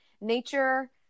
nature